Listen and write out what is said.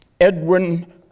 Edwin